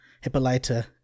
Hippolyta